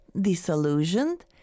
disillusioned